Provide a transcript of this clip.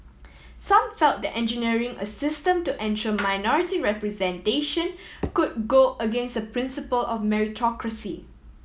some felt that engineering a system to ensure minority representation could go against the principle of meritocracy